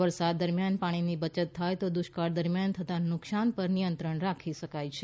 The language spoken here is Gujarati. વરસાદ દરમિયાન પાણીની બચત થાય તો દુષ્કાળ દરમિયાન થતા નુકસાન પર નિયંત્રણ રાખી શકાય છે